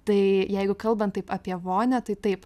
tai jeigu kalbant taip apie vonią tai taip